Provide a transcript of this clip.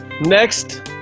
next